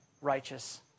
righteous